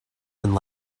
and